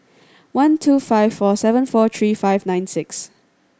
one two five four seven four three five nine six